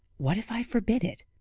what if i forbid it?